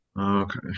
Okay